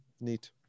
Neat